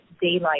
daylight